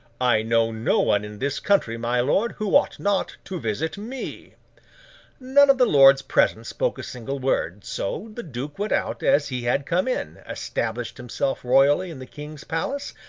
i know no one in this country, my lord, who ought not to visit me none of the lords present spoke a single word so, the duke went out as he had come in, established himself royally in the king's palace,